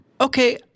Okay